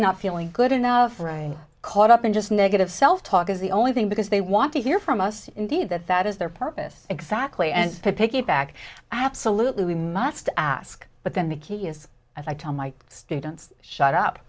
not feeling good enough for a caught up in just negative self talk is the only thing because they want to hear from us indeed that that is their purpose exactly and to pick it back absolutely we must ask but then the key is i tell my students shut up